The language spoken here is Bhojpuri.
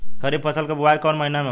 खरीफ फसल क बुवाई कौन महीना में होला?